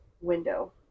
window